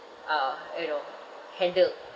uh you know handled